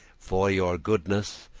for your goodness,